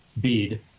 bead